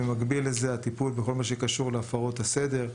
במקביל לזה הטיפול בכל מה שקשור להפרות הסדר,